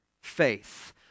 faith